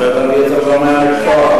צריך להביא את זה לגורמי המקצוע.